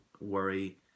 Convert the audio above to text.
worry